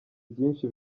byinshi